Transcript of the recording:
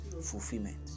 fulfillment